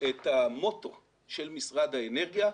את המוטו של משרד האנרגיה.